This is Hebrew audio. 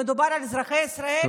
כשמדובר על אזרחי ישראל, לא מעניין.